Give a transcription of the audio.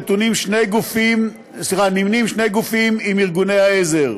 נמנים שני גופים עם ארגוני העזר: